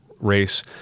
race